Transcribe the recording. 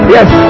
Yes